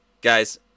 Guys